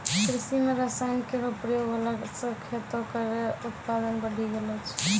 कृषि म रसायन केरो प्रयोग होला सँ खेतो केरो उत्पादन बढ़ी गेलो छै